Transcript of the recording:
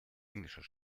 englischer